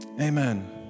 amen